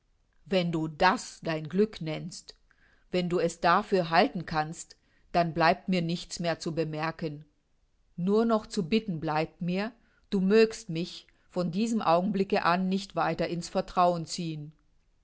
wenn du das ein glück nennst wenn du es dafür halten kannst dann bleibt mir nichts mehr zu bemerken nur noch zu bitten bleibt mir du mögest mich von diesem augenblicke an nicht weiter in's vertrauen ziehen